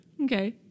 Okay